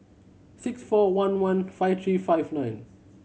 six four one one five three five nine